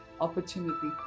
Opportunity